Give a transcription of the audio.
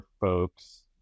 folks